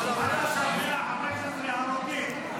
עד עכשיו 115 הרוגים, נרצחים.